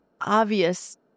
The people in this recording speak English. obvious